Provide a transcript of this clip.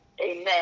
Amen